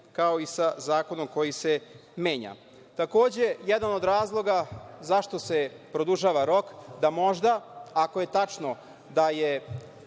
kao i sa zakonom koji se menja. Takođe, jedan od razloga zašto se produžava rok jeste da možda, ako je tačno da je